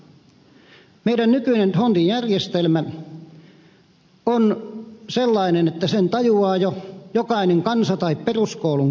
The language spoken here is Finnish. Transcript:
meidän nykyinen järjestelmämme dhondtin järjestelmä on sellainen että sen tajuaa jo jokainen kansa tai peruskoulun käynytkin